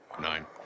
nine